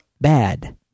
bad